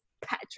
Patrick